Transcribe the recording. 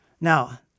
Now